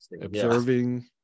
observing